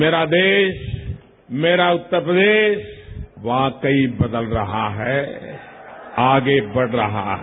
मेरा देश मेरा उत्तर प्रदेश वाकई बदल रहा है आगे बढ़ रहा है